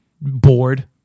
bored